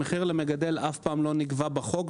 המחיר למגדל אף פעם לא נקבע בחוק,